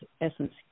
essence